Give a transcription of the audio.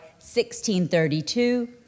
1632